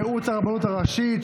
ייעוץ הרבנות הראשית),